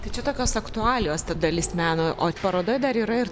tai čia tokios aktualijos ta dalis meno o parodoj dar yra ir